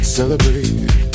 Celebrate